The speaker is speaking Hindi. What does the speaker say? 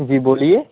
जी बोलिए